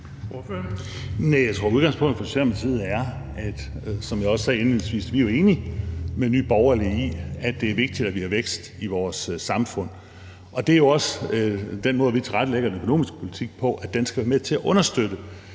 jeg også sagde indledningsvis, er enige med Nye Borgerlige i, at det er vigtigt, at vi har vækst i vores samfund. Det er jo også den måde, vi tilrettelægger den økonomiske politik på. Den skal være med til at understøtte,